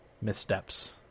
missteps